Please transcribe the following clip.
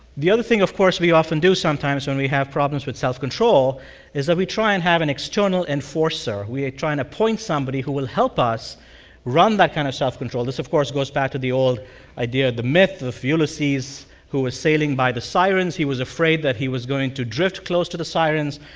the other thing, of course, we often do sometimes when we have problems with self-control is that we try and have an external enforcer. we are trying to point somebody who will help us run that kind of self-control. this, of course, goes back to the old idea, the myth of ulysses who was sailing by the sirens. he was afraid that he was going to drift close to the sirens.